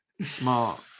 smart